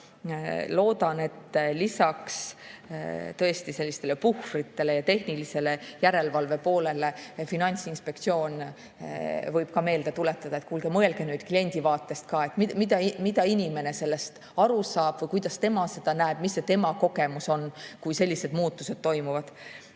Loodan, et lisaks puhvritele ja tehnilise järelevalve poolele Finantsinspektsioon võib ka meelde tuletada, et kuulge, mõelge nüüd kliendivaatest ka, mida inimene sellest aru saab või kuidas tema seda näeb, mis see tema kogemus on, kui sellised muutused toimuvad.